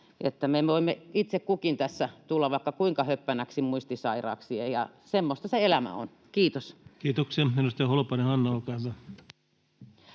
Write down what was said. Me voimme itse kukin tässä tulla vaikka kuinka höppänäksi muistisairaaksi, ja semmoista se elämä on. — Kiitos. Kiitoksia. — Edustaja Holopainen, Hanna, olkaa